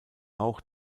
auch